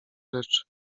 rzeczy